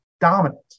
dominant